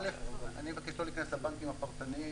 אני מבקש לא להיכנס לבנקים הפרטניים.